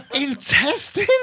Intestine